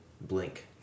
blink